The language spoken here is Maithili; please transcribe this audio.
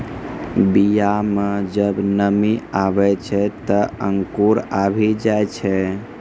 बीया म जब नमी आवै छै, त अंकुर आवि जाय छै